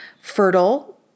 Fertile